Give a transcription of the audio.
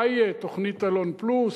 מה יהיה, תוכנית אלון פלוס?